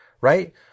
right